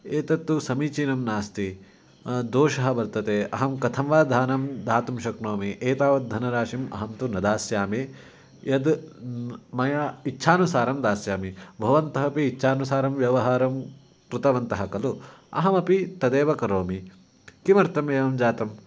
एतत्तु समीचीनं नास्ति दोषः वर्तते अहं कथं वा धनं दातुं शक्नोमि एतावद्धनराशिम् अहं तु न दास्यामि यद् मया इच्छानुसारं दास्यामि भवन्तः अपि इच्छानुसारं व्यवहारं कृतवन्तः खलु अहमपि तदेव करोमि किमर्थम् एवं जातम्